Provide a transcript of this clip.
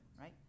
right